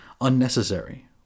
unnecessary